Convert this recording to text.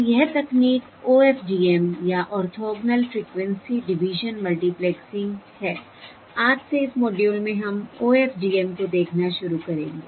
और यह तकनीक OFDM या ऑर्थोगोनल फ्रिक्वेंसी डिवीजन मल्टीप्लेक्सिंग है आज से इस मॉड्यूल में हम OFDM को देखना शुरू करेंगे